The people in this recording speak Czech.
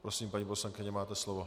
Prosím, paní poslankyně, máte slovo.